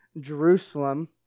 Jerusalem